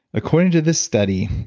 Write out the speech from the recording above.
according to this study,